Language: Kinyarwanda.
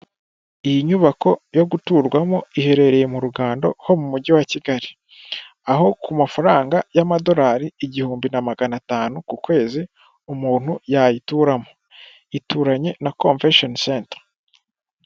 Iyi nyubako yo guturwamo iherereye mu rugando ho mu mujyi wa kigali aho ku mafaranga y'amadolari igihumbi na magana atanu ku kwezi umuntu yayituramo ituranye na convention centre .